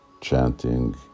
chanting